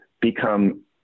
become